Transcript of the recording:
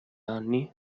anni